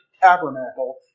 tabernacle